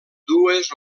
dues